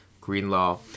Greenlaw